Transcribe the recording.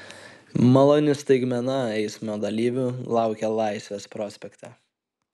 maloni staigmena eismo dalyvių laukia laisvės prospekte